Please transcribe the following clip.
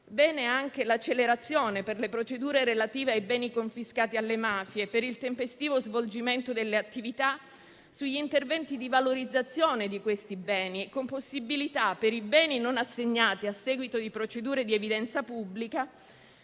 anche l'accelerazione per le procedure relative ai beni confiscati alle mafie, per il tempestivo svolgimento delle attività sugli interventi di valorizzazione di questi beni, con possibilità, per quelli non assegnati a seguito di procedure di evidenza pubblica,